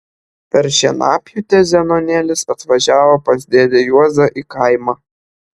per šienapjūtę zenonėlis atvažiavo pas dėdę juozą į kaimą